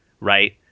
Right